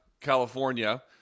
California